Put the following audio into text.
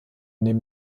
neben